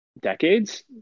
decades